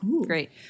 Great